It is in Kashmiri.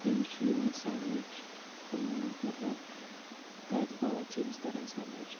أمِس چھُ یِوان سمٕجھ ٲں مطلب کَتھ باتھ چھِ أمِس تران سمٕجھ